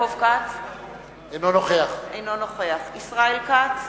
אינו נוכח ישראל כץ,